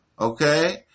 okay